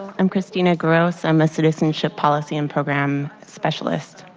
i'm christina guros, i'm a citizenship policy and program specialist.